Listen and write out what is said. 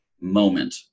moment